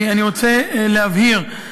אני רוצה להבהיר: